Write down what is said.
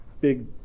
big